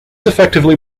effectively